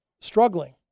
Struggling